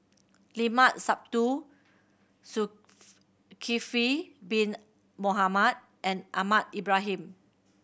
Llimat Sabtu Zul kifli Bin Mohamed and Ahmad Ibrahim